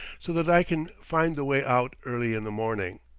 so that i can find the way out early in the morning.